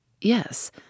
Yes